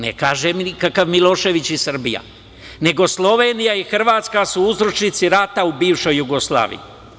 Ne kaže nikakav Milošević i Srbija, nego – Slovenija i Hrvatska su uzročnici rata u bivšoj Jugoslaviji.